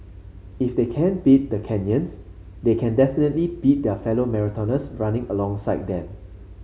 if they can't beat the Kenyans they can definitely beat their fellow marathoners running alongside them